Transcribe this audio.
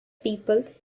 people